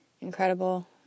incredible